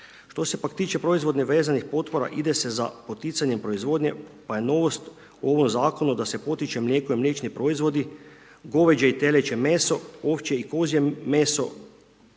Što se pak tiče proizvodno vezanih potpora ide se za poticanjem proizvodnje, pa je novost u ovom zakonu da se potiče mlijeko i mliječni proizvodi, goveđe i teleće meso, ovčje i kozje meso,